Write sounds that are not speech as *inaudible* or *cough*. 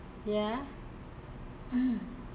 ya *noise*